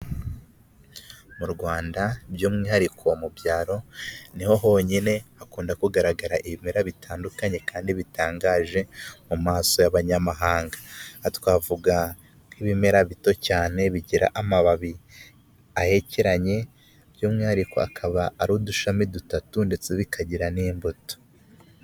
Mu rwanda by'umwihariko mu byaro niho honyine hakunda kugaragara ibimera bitandukanye kandi bitangaje mu maso y'abanyamahanga; twavuga nk'ibimera bito cyane, bigira amababi ahekeranye by'umwihariko akaba ari udushami dutatu ndetse bikagira n'imbuto.